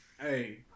Hey